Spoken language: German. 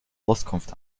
auskunft